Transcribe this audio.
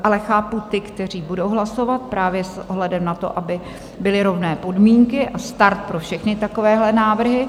Ale chápu ty, kteří budou hlasovat právě s ohledem na to, aby byly rovné podmínky a start pro všechny takovéhle návrhy.